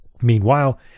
Meanwhile